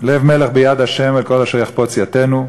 "לב מלך ביד ה', על כל אשר יחפץ יטנו".